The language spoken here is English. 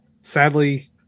Sadly